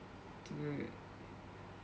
dude